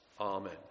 Amen